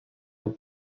est